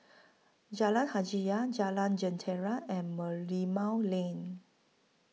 Jalan Hajijah Jalan Jentera and Merlimau Lane